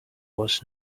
was